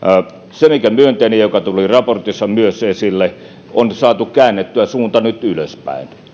se mikä on myönteinen ja joka tuli raportissa myös esille on se että on saatu käännettyä suunta nyt ylöspäin